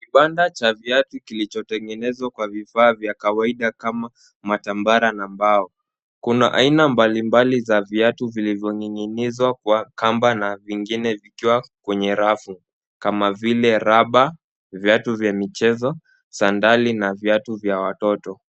Kibanda cha viatu kilichotengenezwa kwa vifaa vya kawaida kama matambara na mbao. Kuna aina mbalimbali za viatu vilivyoning'inizwa kwa kamba na vingine vikiwa kwenye rafu kama vile rubber , viatu vya michezo, sandali na viatu vya watoto.